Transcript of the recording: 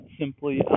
simply